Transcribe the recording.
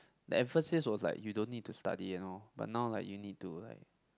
the emphasis was like you don't need to study and all but now like you need to like